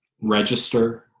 register